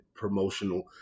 promotional